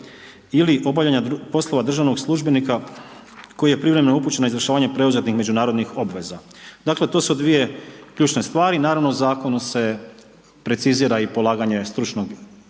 ili obavljanja poslova državnog službenika koji je privremeno upućen na izvršavanje preuzetih međunarodnih obveza. Dakle to su dvije ključne stvari i naravno zakonom se precizira i polaganje stručnog